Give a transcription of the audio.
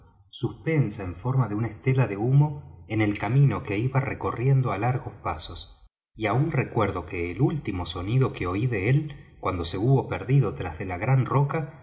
suspensa en forma de una estela de humo en el camino que iba recorriendo á largos pasos y aún recuerdo que el último sonido que oí de él cuando se hubo perdido tras de la gran roca